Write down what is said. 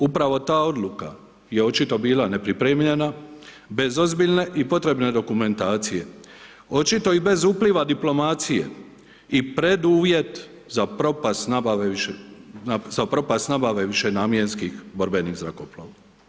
Upravo ta odluka je očito bila nepripremljena bez ozbiljne i potrebne dokumentacije, očito i bez upliva diplomacije i preduvjet za propast nabave višenamjenskih borbenih zrakoplova.